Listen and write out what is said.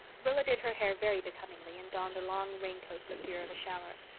rilla did her hair very becomingly and donned a long raincoat for fear of a shower.